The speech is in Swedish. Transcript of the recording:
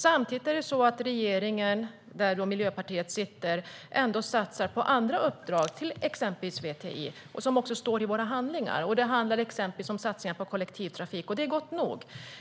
Samtidigt satsar regeringen, där Miljöpartiet sitter, på andra uppdrag till exempelvis VTI, som det också står om i våra handlingar. Det handlar exempelvis om satsningar på kollektivtrafik, och det är bra.